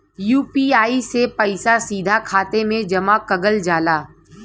UPI से पइसा सीधा खाते में जमा कगल जाला